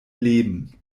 leben